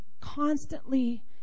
constantly